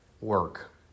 work